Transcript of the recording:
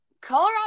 Colorado